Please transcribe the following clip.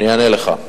אני אענה לך.